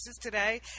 today